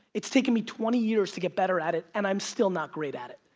it's taken me twenty years to get better at it, and i'm still not great at it.